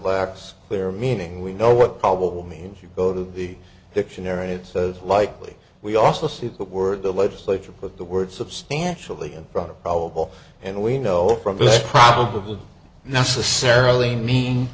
lacks clear meaning we know what probable means you go to the dictionary it says likely we also see that word the legislature put the word substantially in front of probable and we know from probably necessarily mean